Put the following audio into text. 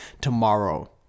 tomorrow